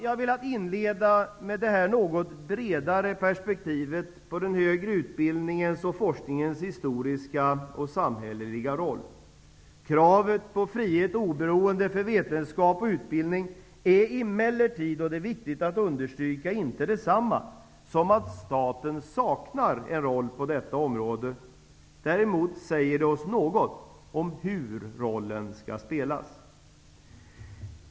Jag har velat inleda med detta något bredare perspektiv på den högre utbildningens och forskningens historiska och samhälleliga roll. Kravet på frihet och oberoende för vetenskap och utbildning är emellertid -- och det är viktigt att understryka -- inte detsamma som att staten saknar en roll på detta område. Däremot säger det oss något om hur rollen skall spelas.